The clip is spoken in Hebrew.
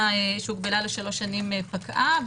שהוגבלה לשלוש שנים פקעה -- בנובמבר האחרון.